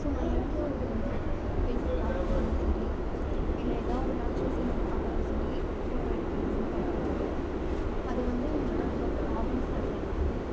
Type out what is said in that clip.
so நான் எங்கே ஒரு ப்ளேஸில் ட்ராவல் பண்ணாலும் சரி இல்லை எதா ஒரு நேச்சுரல் சீனரி பார்த்தாலும் சரி ஃபோட்டோ எடுக்கிறத வந்து கம்ஃபாமாக இருக்கும் அதை வந்து இன் டெர்ம்ஸ் ஆஃப் ஹாபிஸில் சொல்கிறப்போ